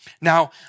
now